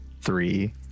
three